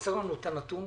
חסר לנו את הנתון,